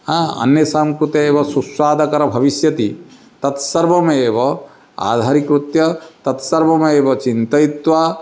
हा अन्येषां कृते एव सुस्वादुकरः भविष्यति तत्सर्वमेव आधारिकृत्य तत्सर्वमेव चिन्तयित्वा